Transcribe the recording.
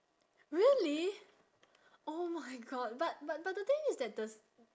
really oh my god but but but the things is that the